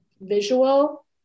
visual